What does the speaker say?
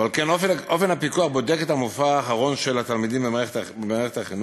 ועל כן אופן הפיקוח בודק את המופע האחרון של התלמידים במערכת החינוך.